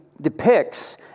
depicts